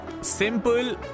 simple